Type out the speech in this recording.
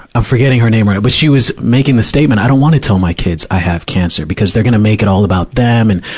i'm forgetting her name right now. but she was making the statement, i don't wanna tell my kids i have cancer, because they're gonna make it all about them, and,